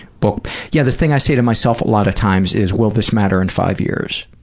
book. yeah, the thing i say to myself a lot of times is, will this matter in five years?